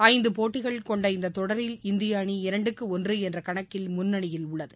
ஐந்து போட்டிகள் கொண்ட இந்த தொடரில் இந்திய அணி இரண்டுக்கு ஒன்று என்ற கணக்கில் முன்னணியில் உள்ளது